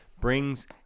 Brings